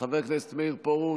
חבר הכנסת מאיר פרוש,